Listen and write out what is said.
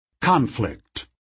Conflict